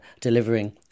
delivering